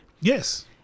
Yes